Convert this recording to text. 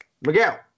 Miguel